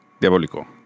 diabólico